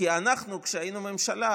כי כשהיינו ממשלה,